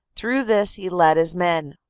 through this he led his men,